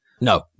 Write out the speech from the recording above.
No